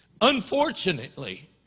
Unfortunately